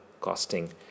costing